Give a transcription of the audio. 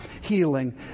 healing